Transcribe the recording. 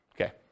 Okay